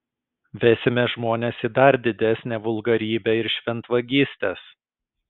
vesime žmones į dar didesnę vulgarybę ir šventvagystes